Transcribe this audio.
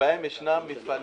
שבהם יש מפעלים